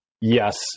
yes